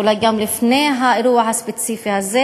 אולי גם לפני האירוע הספציפי הזה,